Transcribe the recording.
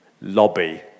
lobby